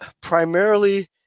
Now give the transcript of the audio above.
primarily